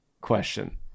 question